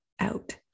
out